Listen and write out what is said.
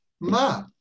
ma